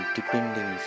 depending